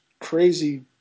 crazy